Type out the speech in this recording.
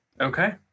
Okay